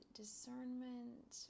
discernment